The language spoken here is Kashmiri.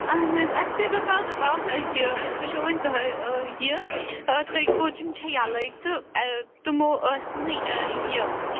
آہَن حظ اسہِ تہِ دوٚپیٛاو دوٚپیٛاو یہِ أسۍ وُچھَو وۅنۍ تۄہہِ یہِ اگر تۄہہِ کوچِنٛگ چھا یلےَ تہٕ تِمو ٲسۍ نہٕ یہِ